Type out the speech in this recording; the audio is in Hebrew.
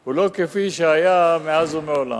הם לא כפי שהיו מאז ומעולם.